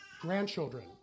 grandchildren